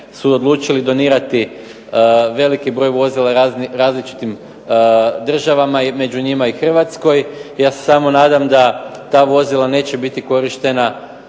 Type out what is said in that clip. su odlučili donirati veliki broj vozila različitim državama i među njima i Hrvatskoj. Ja se samo nadam da ta vozila neće biti korištena